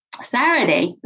Saturday